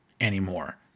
anymore